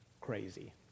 Crazy